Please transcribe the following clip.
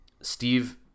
Steve